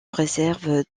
réserve